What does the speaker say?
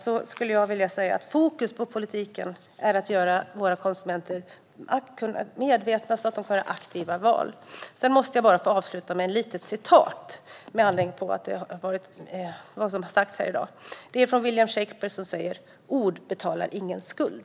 Fokus i politiken ska ligga på att göra våra konsumenter medvetna, så att de kan göra aktiva val. Jag måste bara få avsluta med ett litet citat med anledning av vad som har sagts här i dag. Det är från William Shakespeare: "Ord betalar ingen skuld."